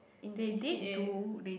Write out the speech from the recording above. in C_C_A